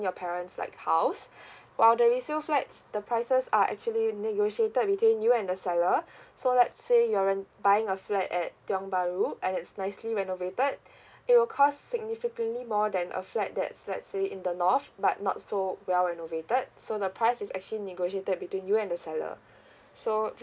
your parents like house while the resale flats the prices are actually negotiated between you and the seller so let's say you're rent~ buying a flat at tiong bahru and it's nicely renovated it will cost significantly more than a flat that's let's say in the north but not so well renovated so the price is actually negotiated between you and the seller so